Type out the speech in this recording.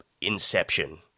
Inception